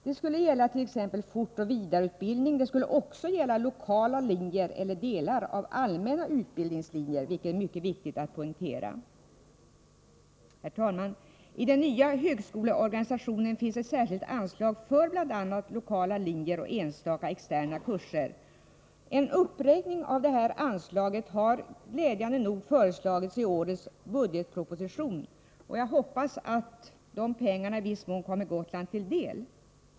Det skulle gälla t.ex. fortoch vidareutbildning, men det skulle också gälla lokala linjer eller delar av allmänna utbildningslinjer, vilket är mycket viktigt att poängtera. Herr talman! I den nya högskoleorganisationen finns ett särskilt anslag för bl.a. lokala linjer och enstaka externa kurser. En uppräkning av detta anslag har glädjande nog föreslagits i årets budgetproposition. Jag hoppas att de pengarna i viss mån kommer Gotland till del.